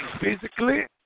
physically